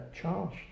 charged